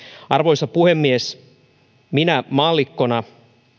arvoisa puhemies minä maallikkona